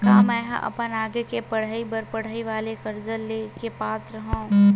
का मेंहा अपन आगे के पढई बर पढई वाले कर्जा ले के पात्र हव?